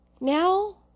now